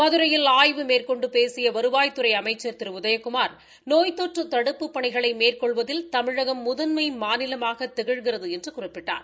மதுரையில் ஆய்வு மேற்கொண்டு பேசிய வருவாய்த்துறை அமைச்சா் திரு உதயகுமாா் நோய் தொற்று தடுப்புப் பணிகளை மேற்கொள்வதில் தமிழகம் முதன்மை மாநிலமாக திகழ்கிறது என்று குறிப்பிட்டார்